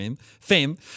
fame